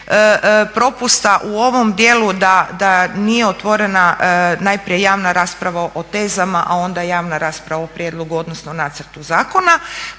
propusta u ovom dijelu da nije otvorena najprije javna rasprava o tezama, a onda javna o rasprava o nacrtu zakona,